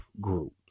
group